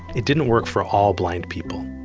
it didn't work for all blind people.